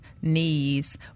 knees